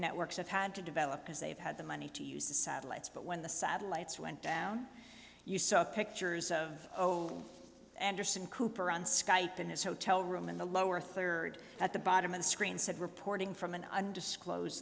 networks have had to develop because they've had the money to use satellites but when the satellites went down you saw pictures of old anderson cooper on skype in his hotel room in the lower third at the bottom of the screen said reporting from an undisclosed